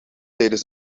tijdens